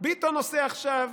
ביטון עושה עכשיו,